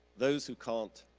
those who can't,